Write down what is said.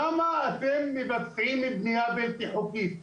למה אתם מבצעים בנייה בלתי חוקית.